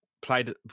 Played